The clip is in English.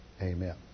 Amen